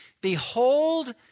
Behold